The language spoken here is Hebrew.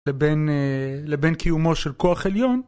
לבין לבין קיומו של כוח עליון